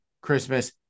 Christmas